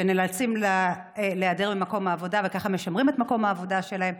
שנאלצים להיעדר ממקום העבודה וכך משמרים את מקום העבודה שלהם.